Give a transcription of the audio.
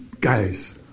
Guys